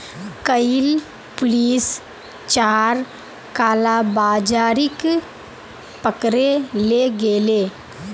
कइल पुलिस चार कालाबाजारिक पकड़े ले गेले